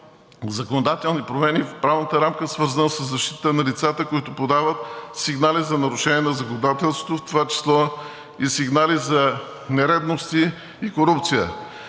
законодателни промени в правната рамка, свързана със защита на лицата, които подават сигнали за нарушения на законодателството, в това число и сигнали за нередности и корупция.